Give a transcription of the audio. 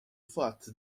fatt